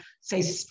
say